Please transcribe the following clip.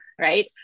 right